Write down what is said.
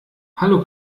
hallo